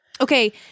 Okay